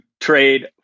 trade